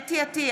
חוה אתי עטייה,